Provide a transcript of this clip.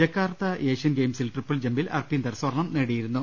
Jakarta Asian ഗെയിം സിൽ triple ജംപിൽ അർപിന്ദർ സ്വർണം നേടിയിരുന്നു